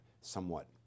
somewhat